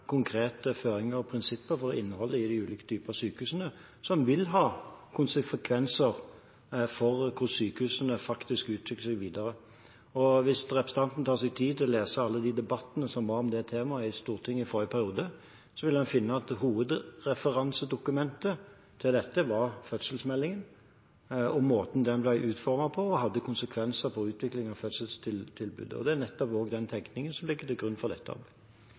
konkrete føringer og prinsipper for innholdet i de ulike typer sykehus, som vil ha konsekvenser for hvordan sykehusene faktisk utvikler seg videre. Hvis representanten tar seg tid til å lese alle de debattene som var om det temaet i Stortinget i forrige periode, vil hun finne at hovedreferansedokumentet til dette var fødselsmeldingen, og måten den ble utformet på, hadde konsekvenser for utviklingen av fødselstilbudet. Det er nettopp den tenkningen som ligger til grunn for dette arbeidet.